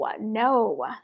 no